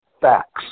facts